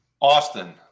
Austin